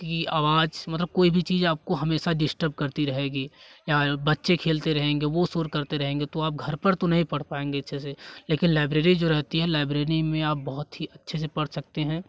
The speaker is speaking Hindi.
की आवाज मतलब कोई भी चीज आपको हमेसा डिस्टर्ब करती रहेगी या बच्चे खेलते रहेंगे वो शोर करते रहेंगे तो आप घर पर तो नहीं पढ़ पाएँगे अच्छे से लेकिन लाइब्रेरी जो रहती है लाइब्रेरी में आप बहुत ही अच्छे से पढ़ सकते हैं